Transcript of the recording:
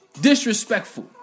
disrespectful